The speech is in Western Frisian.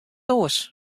oars